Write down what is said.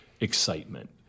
excitement